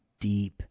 deep